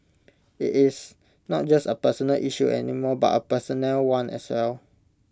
IT is not just A personal issue any more but A personnel one as well